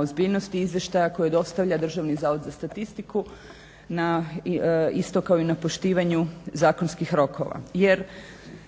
ozbiljnosti izvještaja koji dostavlja Državni zavod za statistiku isto kao na poštivanju zakonskih rokova